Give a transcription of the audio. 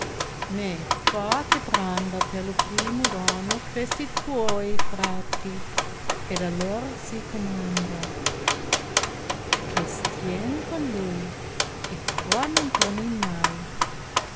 ma fa che prenda per io primo dono questi tuoi frati ed a lor si comanda che stien con lui e qua non tomin mai